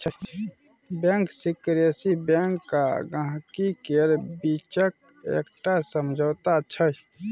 bank secrecy bank आ गांहिकी केर बीचक एकटा समझौता छै